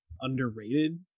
underrated